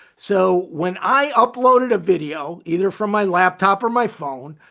so when i uploaded a video either from my laptop or my phone,